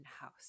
house